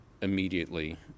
immediately